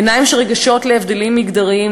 עיניים שרגישות להבדלים מגדריים,